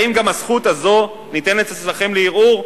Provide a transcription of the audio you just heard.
האם גם הזכות הזו ניתנת אצלכם לערעור?